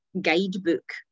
guidebook